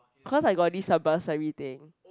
cause I got this uh bursary thing